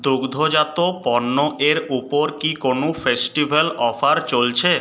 দুগ্ধজাত পণ্য এর উপর কি কোনও ফেস্টিভ্যাল অফার চলছে